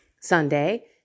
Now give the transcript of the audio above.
Sunday